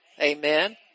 Amen